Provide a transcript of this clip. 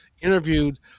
interviewed